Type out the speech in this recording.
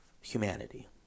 humanity